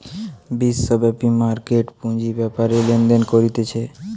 বিশ্বব্যাপী মার্কেট পুঁজি বেপারে লেনদেন করতিছে